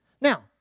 Now